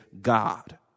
God